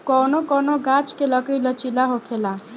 कौनो कौनो गाच्छ के लकड़ी लचीला होखेला